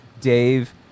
Dave